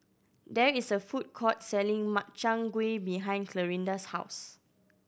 there is a food court selling Makchang Gui behind Clarinda's house